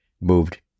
moved